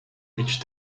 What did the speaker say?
which